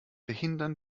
behindern